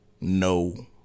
No